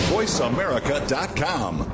VoiceAmerica.com